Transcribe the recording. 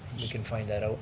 you can find that out.